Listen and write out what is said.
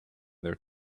their